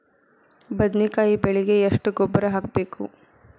ಬದ್ನಿಕಾಯಿ ಬೆಳಿಗೆ ಎಷ್ಟ ಗೊಬ್ಬರ ಹಾಕ್ಬೇಕು?